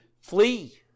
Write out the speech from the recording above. flee